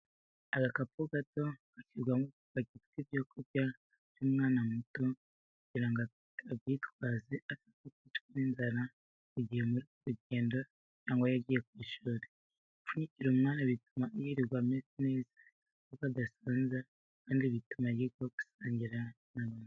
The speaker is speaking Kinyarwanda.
Agakapu gato gashyirwamo udupaki tw'ibyo kurya by'umwana muto kugira ngo abyitwaze ataza kwicwa n'inzara mu gihe muri ku rugendo cyangwa se yagiye ku ishuri, gupfunyikira umwana bituma yirirwa amerewe neza kuko adasonza kandi bituma yiga gusangira n'abandi.